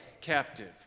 captive